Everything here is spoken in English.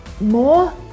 more